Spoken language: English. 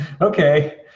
okay